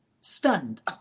stunned